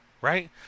Right